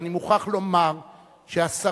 ואני מוכרח לומר שהשרים,